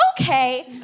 Okay